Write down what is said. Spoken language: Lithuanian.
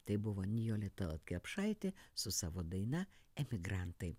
tai buvo nijolė tallat kelpšaitė su savo daina emigrantai